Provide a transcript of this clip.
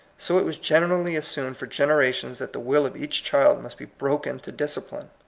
so it was generally assumed for generations that the will of each child must be broken to discipline.